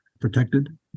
protected